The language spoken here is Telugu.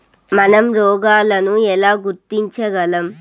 మనం రోగాలను ఎలా గుర్తించగలం?